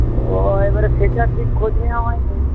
ও এবারে সেটা ঠিক খোঁজ নেওয়া হয়নি